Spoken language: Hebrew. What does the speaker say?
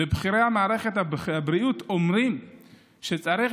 ובכירי מערכת הבריאות אומרים שצריך